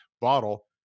bottle